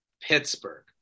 Pittsburgh